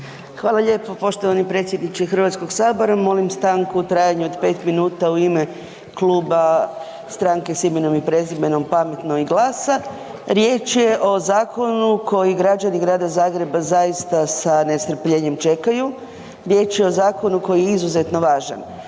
Hvala lijepo poštovani predsjedniče Hrvatskoga sabora. Molim stanku u trajanju od 5 minuta u ime Kluba stranke s imenom i prezimenom, Pametno i GLAS-a. Riječ je o zakonu koji građani grada Zagreba zaista sa nestrpljenjem čekaju. Riječ je o zakonu koji je izuzetno važan.